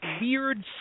weird